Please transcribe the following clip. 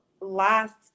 last